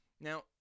Now